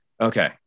Okay